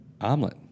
omelet